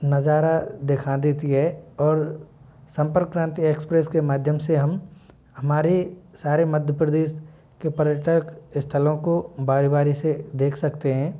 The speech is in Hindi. नजारा देखा देती है और सम्पर्क क्रांति एक्सप्रेस के माध्यम से हम हमारे सारे मध्य प्रदेश के पर्यटक स्थलों को बारी बारी से देख सकते हैं